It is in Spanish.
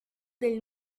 del